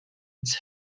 its